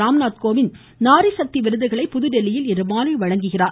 ராம்நாத் கோவிந்த் நாரிசக்தி விருதுகளை புதுதில்லியில் இன்று மாலை வழங்குகிறார்